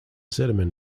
sediment